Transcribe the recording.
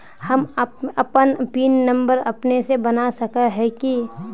हम अपन pin number अपने से बना सके है की?